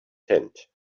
tent